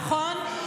נכון?